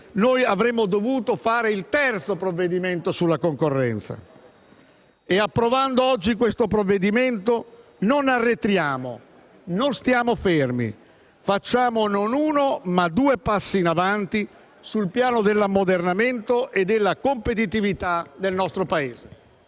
oggi avremmo dovuto fare il terzo provvedimento sulla concorrenza. E approvando oggi questo provvedimento, non arretriamo, non stiamo fermi: facciamo non uno, ma due passi in avanti sul piano dell'ammodernamento e della competitività del nostro Paese.